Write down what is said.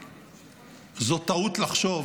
זאת טעות לחשוב